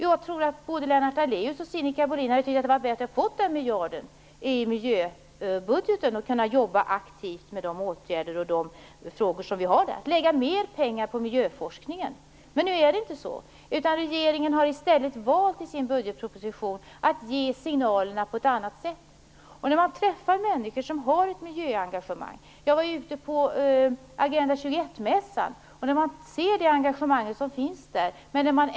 Jag tror att både Lennart Daléus och Sinikka Bohlin hade tycket att det hade varit bättre att den miljarden hade tillfallit miljöbudgeten. Då hade vi kunnat arbeta aktivt med de åtgärder och frågor som ingår i den. Vi hade kunnat lägga ned mera pengar på miljöforskningen. Men nu blev det inte så. Regeringen har i stället valt att i sin budgetproposition ge signalerna på ett annat sätt. Jag träffar ofta människor som har ett miljöengagemang. Jag besökte Agenda 21-mässan, och där upplevde jag ett stort engagemang.